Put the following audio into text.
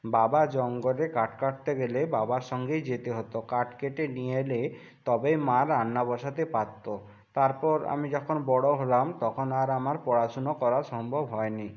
বাবা জঙ্গলে কাঠ কাটতে গেলে বাবার সঙ্গেই যেতে হতো কাঠ কেটে নিয়ে এলে তবেই মা রান্না বসাতে পারত তারপর আমি যখন বড় হলাম তখন আর আমার পড়াশুনো করা সম্ভব হয়নি